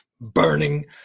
burning